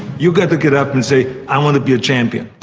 you got to get up and say, i want to be a champion.